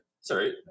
Sorry